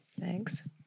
Thanks